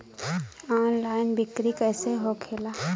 Online बिक्री कैसे होखेला?